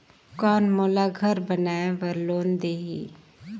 कौन मोला घर बनाय बार लोन देही?